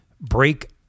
Break